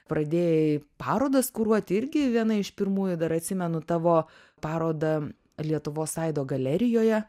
pradėjai parodas kuruoti irgi viena iš pirmųjų dar atsimenu tavo parodą lietuvos aido galerijoje